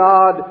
God